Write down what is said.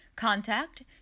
Contact